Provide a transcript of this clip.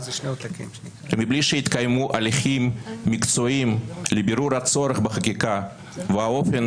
ומבלי שהתקיימו הליכים מקצועיים לבירור הצורך בחקיקה והאופן